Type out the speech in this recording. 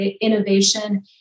innovation